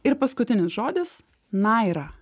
ir paskutinis žodis naira